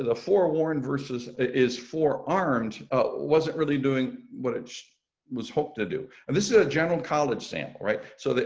ah for warren versus is for armed wasn't really doing, which was hoping to do and this is a general college, sample. right. so,